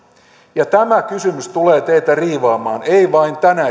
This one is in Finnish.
ja tämä kysymys tulee teitä riivaamaan ei vain tänä